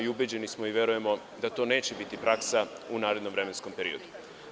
Ubeđeni smo i verujemo da to neće biti praksa u narednom vremenskom periodu.